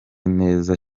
neza